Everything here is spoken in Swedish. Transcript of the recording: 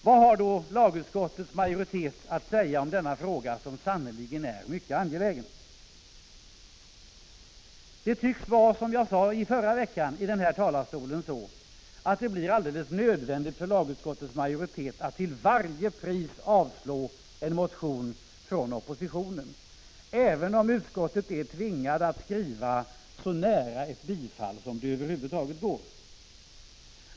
Vad har då lagutskottets majoritet att säga om denna mycket angelägna fråga? Som jag sade i förra veckan tycks det vara så att det är helt nödvändigt för lagutskottets majoritet att till varje pris avstyrka en motion från oppositionen, även om utskottet är tvingat att skriva så nära ett tillstyrkande som det över huvud taget går.